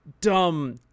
dumb